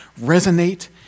resonate